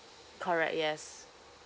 correct yes